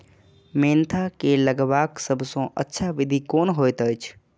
Mentha के लगवाक सबसँ अच्छा विधि कोन होयत अछि?